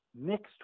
mixed